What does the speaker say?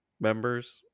members